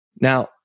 Now